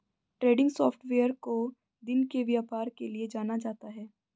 trending software को दिन के व्यापार के लिये जाना जाता है